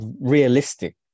realistic